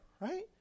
right